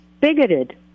bigoted